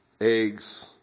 eggs